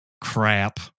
Crap